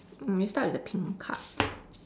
mm we start with the pink card